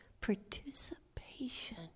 participation